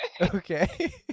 Okay